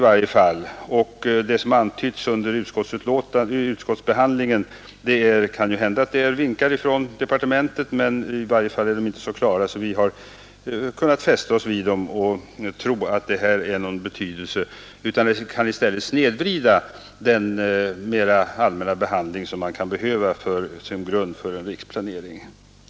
Kanhända rör det sig om vinkar från departementet — det har antytts vid utskottbehandlingen — men i varje fall är de inte så klara att vi har kunnat fästa oss vid dem och tro att beställningen här har någon betydelse. Vi menar att den i stället kan snedvrida den mera allmänna behandling man kan behöva som stöd för en riksplanering.